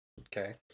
okay